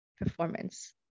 performance